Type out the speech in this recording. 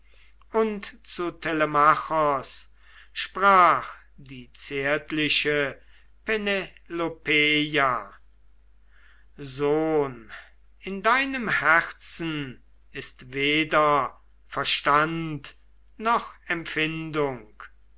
und zu telemachos sprach die zärtliche penelopeia sohn in deinem herzen ist weder verstand noch empfindung